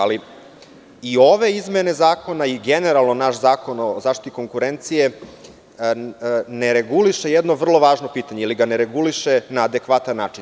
Ali, i ove izmene zakona i generalno naš Zakon o zaštiti konkurencije ne reguliše jedno vrlo važno pitanje ili ga ne reguliše na adekvatan način.